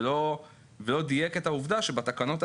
והוא לא דייק את העובדה שבתקנות,